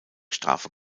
strafe